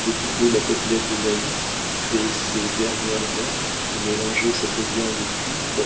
découper la côtelette de naïs qui fait ses dernières dents et mélanger cette viande cuite